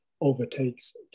overtakes